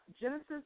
Genesis